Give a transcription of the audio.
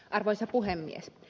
arvoisa puhemies